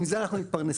מזה אנחנו מתפרנסים.